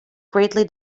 greatly